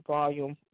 Volume